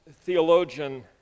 theologian